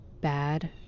bad